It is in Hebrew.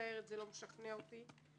זה לא משכנע אותי.